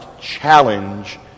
challenge